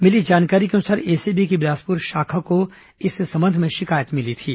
मिली जानकारी के अनुसार एसीबी की बिलासपुर शाखा को इस संबंध में शिकायत मिली थी